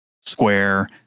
square